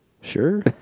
Sure